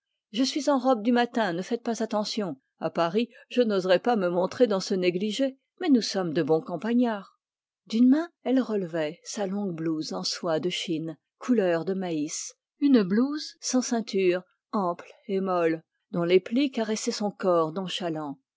je suis en robe du matin à paris je n'oserais pas me montrer dans ce négligé mais nous sommes des campagnards d'une main elle relevait sa longue blouse en soie de chine couleur de maïs sans ceinture ample et molle dont les plis caressaient son corps